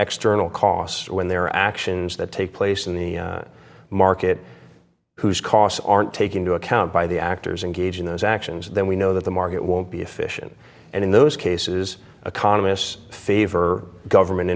extra costs when they're actions that take place in the market whose costs aren't taking to account by the actors in gauging those actions then we know that the market won't be efficient and in those cases economists favor government